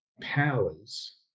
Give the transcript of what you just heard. powers